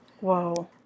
Whoa